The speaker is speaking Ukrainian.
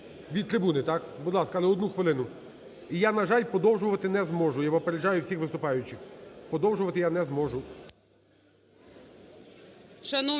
Від трибуни, так? Будь ласка, але одну хвилину. І, на жаль, продовжувати не зможу, я попереджаю всіх виступаючих, продовжувати я не зможу.